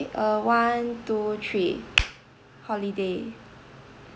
eh uh one two three holiday